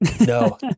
no